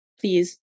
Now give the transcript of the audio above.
please